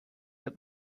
get